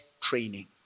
training